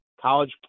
college